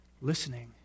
Listening